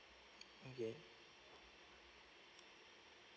okay